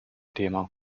thema